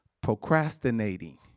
procrastinating